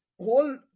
Whole